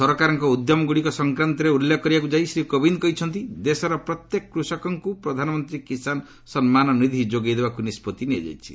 ସରକାରଙ୍କ ଉଦ୍ୟମଗୁଡ଼ିକ ସଂକ୍ରାନ୍ତରେ ଉଲ୍ଲେଖ କରିବାକୁ ଯାଇ ଶ୍ରୀ କୋବିନ୍ଦ କହିଛନ୍ତି ଦେଶର ପ୍ରତ୍ୟେକ କୃଷକଙ୍କୁ ପ୍ରଧାନମନ୍ତ୍ରୀ କିଶାନ୍ ସମ୍ମାନନୀଧି ଯୋଗାଇ ଦେବାକୁ ନିଷ୍ପଭି ନିଆଯାଇଛି